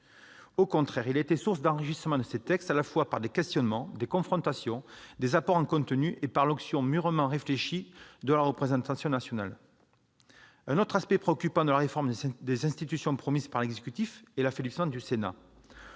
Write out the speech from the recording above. Au contraire, il a été source d'enrichissement de ces textes, à la fois par des questionnements, des confrontations, des apports en termes de contenu et par l'onction mûrement réfléchie de la représentation nationale. Un autre aspect préoccupant de la réforme des institutions promise par l'exécutif est l'affaiblissement du Sénat.